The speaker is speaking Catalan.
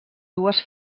dues